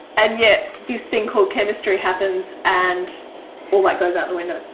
and yet this thing called chemistry happens and all that goes out the window.